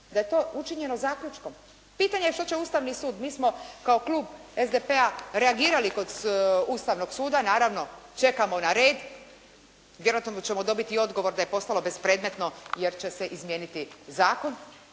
da je to učinjeno zaključkom. Pitanje, što će Ustavni sud? Mi smo kao klub SDP-a reagirali kod Ustavnog suda. Naravno čekamo na red, vjerojatno ćemo dobiti i odgovor da je postalo bespredmetno, jer će se izmijeniti zakon.